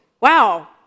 Wow